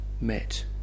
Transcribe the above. met